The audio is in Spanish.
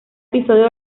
episodio